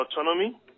autonomy